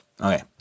Okay